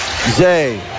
Zay